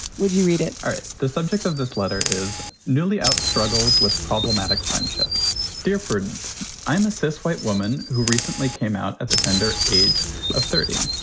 would you read it or the subject of this letter is newly out struggles with problematic friendship difference. i'm ah so a white woman who recently came out at the tender age of thirty.